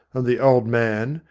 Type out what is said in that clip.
and the old man,